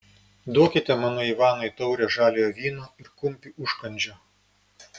duokite mano ivanui taurę žaliojo vyno ir kumpį užkandžio